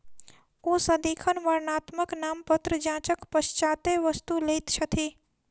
ओ सदिखन वर्णात्मक नामपत्र जांचक पश्चातै वस्तु लैत छथि